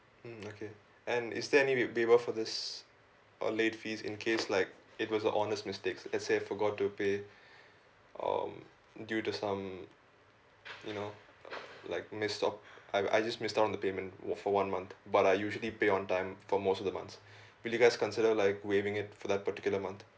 mm okay and is there any wa~ waiver for this uh late fees in case like it was a honest mistakes let's say I forgot to pay um due to some you know uh like I I just missed out on the payment what for one month but I usually pay on time for most of the months will you guys consider like waiving it for that particular month